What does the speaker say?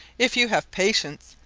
if you have patience,